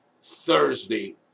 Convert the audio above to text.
Thursday